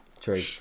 True